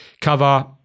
Cover